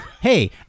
Hey